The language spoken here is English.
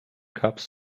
cups